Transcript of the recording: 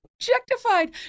objectified